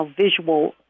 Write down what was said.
visual